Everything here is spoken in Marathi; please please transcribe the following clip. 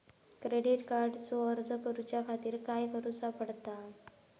क्रेडिट कार्डचो अर्ज करुच्या खातीर काय करूचा पडता?